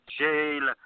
jail